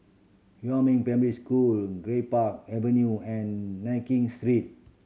Huamin Primary School Greenpark Avenue and Nankin Street